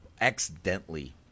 accidentally